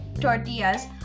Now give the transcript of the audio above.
tortillas